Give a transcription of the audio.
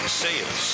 sales